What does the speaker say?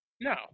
No